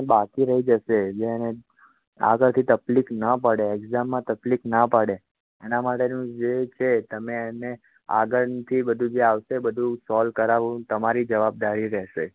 એને બાકી રહી જશે જે એને આગળથી તકલીફ ના પડે એક્ઝામમાં તકલીફ ના પડે એના માટેનું જે છે તમે એને આગળથી બધું જે આવશે બધુ સોલ કરાવવું તમારી જવાબદારી રહેશે